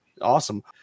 awesome